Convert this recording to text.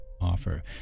offer